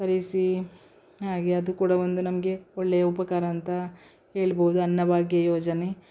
ತರಿಸಿ ಹಾಗೆ ಅದು ಕೂಡ ಒಂದು ನಮಗೆ ಒಳ್ಳೆಯ ಉಪಕಾರ ಅಂತ ಹೇಳ್ಬೋದು ಅನ್ನಭಾಗ್ಯ ಯೋಜನೆ